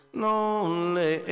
lonely